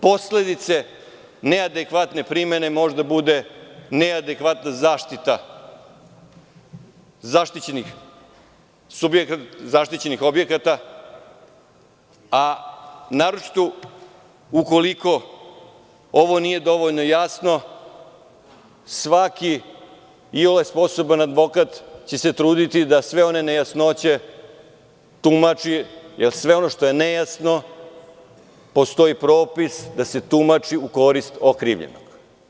Posledica neadekvatne primene može da bude neadekvatna zaštita zaštićenih objekata, a naročito ukoliko ovo nije dovoljno jasno svaki iole sposoban advokat će se truditi da sve one nejasnoće tumači, jer sve ono što je nejasno postoji propis da se tumači u korist okrivljenog.